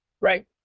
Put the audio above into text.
Right